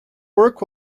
work